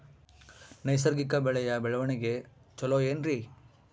ನೈಸರ್ಗಿಕ ಬೆಳೆಯ ಬೆಳವಣಿಗೆ ಚೊಲೊ ಏನ್ರಿ?